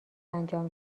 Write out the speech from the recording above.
انجام